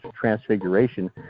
transfiguration